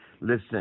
Listen